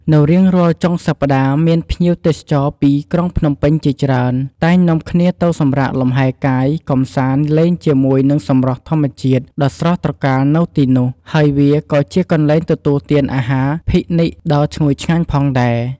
នៅរៀងរាល់ចុងសប្ដាហ៍មានភ្ញៀវទេសចរណ៍ពីក្រុងភ្នំពេញជាច្រើនតែង នាំគ្នាទៅសម្រាកលំហែរកាយកម្សាន្តលេងជាមួយនឹងសម្រស់ធម្មជាតិដ៏ស្រស់ត្រកាលនៅទីនោះ ហើយវាក៏ជាកន្លែងទទួលទានអាហារភិកនីកដ៏ឈ្ងុយឆ្ងាញ់ផងដែរ។